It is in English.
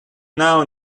now